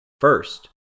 First